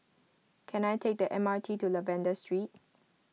can I take the M R T to Lavender Street